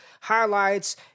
highlights